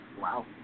Wow